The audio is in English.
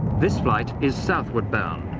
this flight is southward-bound,